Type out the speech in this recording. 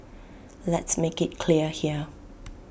let's make IT clear here